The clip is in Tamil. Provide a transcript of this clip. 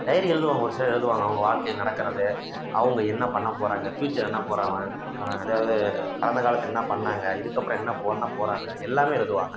டைரி எழுதுவாங்க ஒரு சிலர் எழுதுவாங்க அவங்க வாழ்க்கையில் நடக்கிறது அவங்க என்ன பண்ண போகிறாங்க ஃப்யூச்சர் என்ன போகிறான் அவன் அதாவது கடந்த காலத்தில் என்ன பண்ணாங்க இதுக்கப்புறம் என்ன பண்ண போகிறாங்க எல்லாமே எழுதுவாங்க